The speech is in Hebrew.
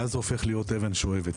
ואז זה הופך להיות אבן שואבת.